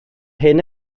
hyn